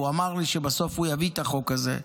הוא אמר לי שבסוף הוא יביא את החוק הזה,